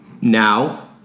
Now